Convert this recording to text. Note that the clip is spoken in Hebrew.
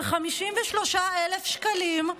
של 53,000 שקלים,